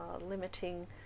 limiting